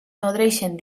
nodreixen